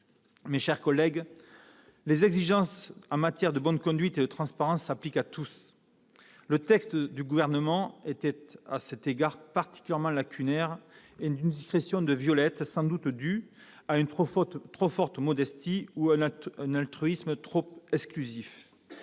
Mes chers collègues, les exigences en matière de bonne conduite et de transparence s'appliquent à tous. Le texte du Gouvernement était, à cet égard, particulièrement lacunaire et d'une discrétion de violette, sans doute due à une trop grande modestie ou à un altruisme trop exclusif.